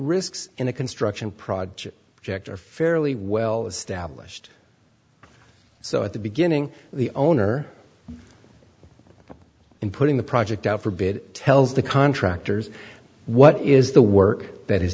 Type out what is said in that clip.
risks in a construction project ject are fairly well established so at the beginning the owner in putting the project out for bid tells the contractors what is the work that has